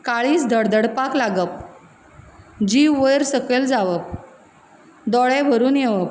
काळीज धडधडपाक लागप जीव वयर सकयल जावप दोळे भरून येवप